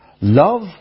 Love